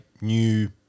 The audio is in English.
new